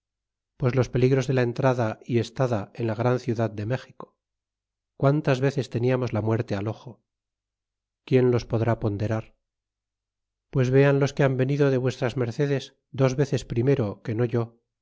pues los peligros de la entrada y estada en la gran ciudad de méxico quántas veces teniamos la muerte al ojol quien los podrá ponderar pues vean los que han venido de vs mercedes dos veces primero que no yo